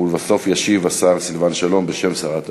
ולבסוף ישיב השר סילבן שלום בשם שרת הבריאות.